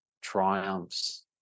triumphs